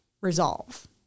resolve